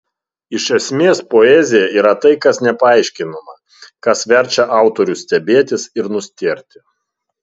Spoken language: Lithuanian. iš esmės poezija yra tai kas nepaaiškinama kas verčia autorių stebėtis ir nustėrti